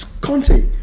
Conte